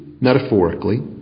metaphorically